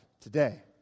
today